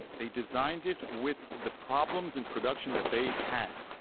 they designed it with the problems in production that they had.